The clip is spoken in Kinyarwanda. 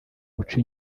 uca